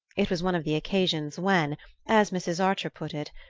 it was one of the occasions when as mrs. archer put it,